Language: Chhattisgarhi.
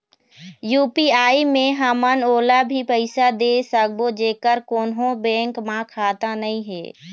यू.पी.आई मे हमन ओला भी पैसा दे सकबो जेकर कोन्हो बैंक म खाता नई हे?